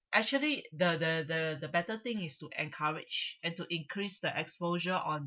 actually the the the the better thing is to encourage and to increase the exposure on